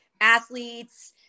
athletes